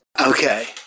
Okay